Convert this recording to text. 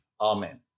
amen